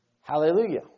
Hallelujah